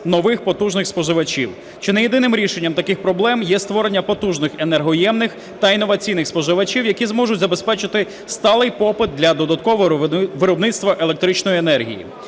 нових потужних споживачів. Чи не єдиним рішенням таких проблем є створення потужних енергоємних та інноваційних споживачів, які зможуть забезпечити сталий попит для додаткового виробництва електричної енергії.